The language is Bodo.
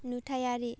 नुथायारि